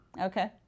Okay